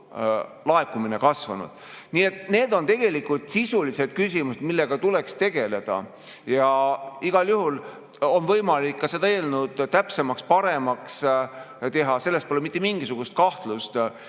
suurenenud. Tegelikult on need sisulised küsimused, millega tuleks tegeleda. Ja igal juhul on võimalik ka seda eelnõu täpsemaks, paremaks teha, selles pole mitte mingisugust kahtlust.